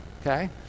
Okay